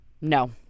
No